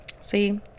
See